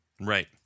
Right